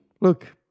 look